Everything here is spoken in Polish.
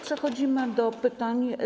Przechodzimy do pytań.